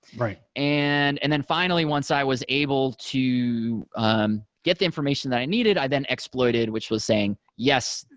and and then finally once i was able to get the information that i needed, i then exploited, which was saying, yes,